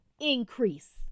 increase